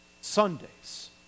Sundays